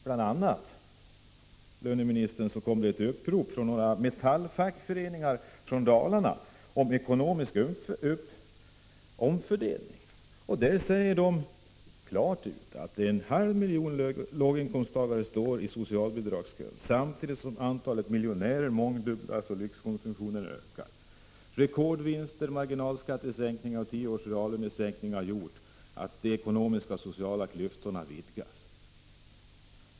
Det har, löneministern, bl.a. kommit ett upprop från några fackföreningar inom Metall i Dalarna om krav på ekonomisk omfördelning. I detta upprop sägs det klart ut att en halv miljon låginkomsttagare står i socialbidragskön samtidigt som antalet miljonärer mångdubblats och lyxckomsumtionen ökar. Man säger vidare: ”Rekordvinster, marginalskattesänkningar och tio års reallönesänkning har gjort att de ekonomiska och sociala klyftorna vidgats.